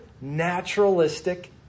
naturalistic